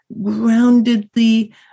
groundedly